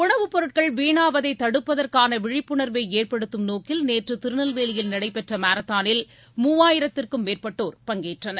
உணவுப் பொருட்கள் வீணாவதை தடுப்பதற்கான விழிப்புணர்வை ஏற்படுத்தும் நோக்கில் நேற்று திருநெல்வேலியில் நடைபெற்ற மாரத்தானில் மூவாயிரத்திற்கும் மேற்பட்டோர் பங்கேற்றனர்